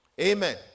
amen